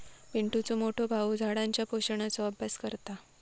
पिंटुचो मोठो भाऊ झाडांच्या पोषणाचो अभ्यास करता